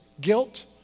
Guilt